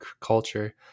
culture